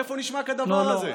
איפה נשמע כדבר הזה?